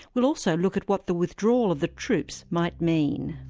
we'll also look at what the withdrawal of the troops might mean.